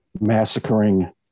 massacring